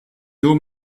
nur